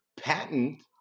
patent